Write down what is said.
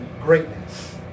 greatness